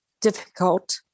difficult